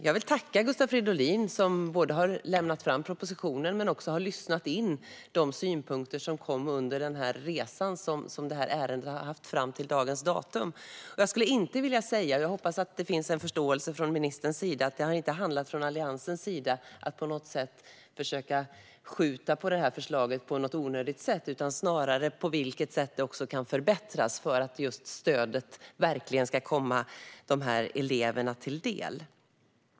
Jag vill tacka Gustav Fridolin, som inte bara har lagt fram propositionen utan också lyssnat in de synpunkter som kom under den resa ärendet har gjort fram till dagens datum. Jag skulle inte vilja säga att det från Alliansens sida - och jag hoppas att det från ministerns sida finns en förståelse för detta - har handlat om att försöka skjuta på förslaget på något onödigt sätt, utan snarare har det handlat om hur det kan förbättras för att stödet verkligen ska komma eleverna till del.